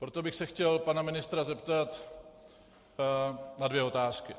Proto bych se chtěl pana ministra zeptat na dvě otázky.